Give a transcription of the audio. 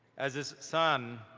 as his son,